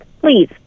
please